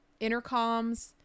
Intercoms